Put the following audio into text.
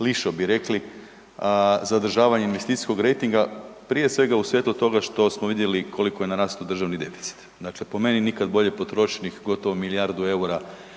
lišo bi rekli zadržavanje investicijskog rejtinga, prije svega … što smo vidjeli koliko je narastao državni deficit. Dakle, po meni nikad bolje potrošenih gotovo milijardu eura